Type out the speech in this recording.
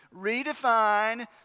redefine